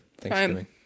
Thanksgiving